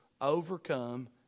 overcome